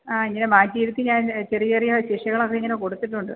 ആ ഇങ്ങനെ മാറ്റിയിരുത്തി ഞാന് ചെറിയ ചെറിയ ശിക്ഷകളൊക്കെ ഇങ്ങനെ കൊടുത്തിട്ടുണ്ട് ഉം